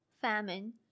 famine